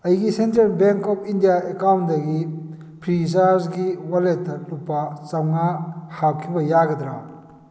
ꯑꯩꯒꯤ central bank of India ꯑꯦꯀꯥꯎꯟꯗꯒꯤ ꯐ꯭ꯔꯤꯆꯥꯔꯖꯒꯤ ꯋꯥꯂꯦꯠꯇ ꯂꯨꯄꯥ ꯆꯃꯉꯥ ꯍꯥꯞꯈꯤꯕ ꯌꯥꯒꯗ꯭ꯔꯥ